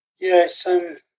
Yes